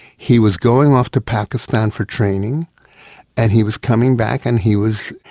he was going off to pakistan for training and he was coming back and he was,